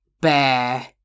bear